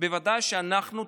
בוודאי שאנחנו,